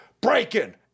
breaking